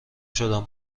شدم